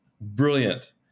brilliant